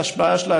ההשפעה שלה,